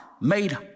made